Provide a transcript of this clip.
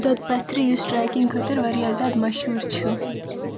دۄد پتھری یُس ٹریکِنگ خٲطرٕ وارِیاہ زیادٕ مشہوٗر چھِ